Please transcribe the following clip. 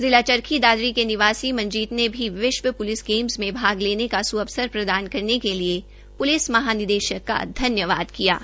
जिला चरखी दादरी के निवासी मंजीत ने भी विश्व प्लिस गेम्स में भाग लेने का सुअवसर प्रदान करने के लिए प्लिस महानिदेशक का धन्यवाद किया है